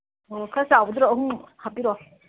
ꯑꯣ ꯈꯔ ꯆꯥꯎꯕꯗꯨꯗ ꯑꯍꯨꯝ ꯍꯥꯞꯄꯤꯔꯛꯑꯣ